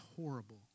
horrible